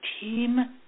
team